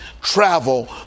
travel